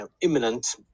imminent